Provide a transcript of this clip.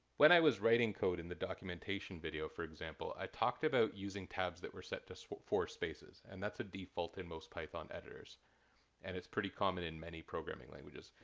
when i was writing code in the documentation video, for example, i talked about using tabs that were set to four spaces and that's a default in most python editors and it's pretty common in many programming languages,